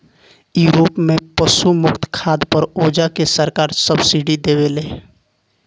Europe में पशु मुक्त खाद पर ओजा के सरकार सब्सिडी देवेले